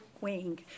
wing